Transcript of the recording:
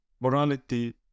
morality